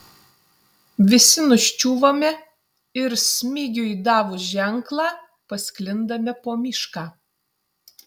visi nuščiūvame ir smigiui davus ženklą pasklindame po mišką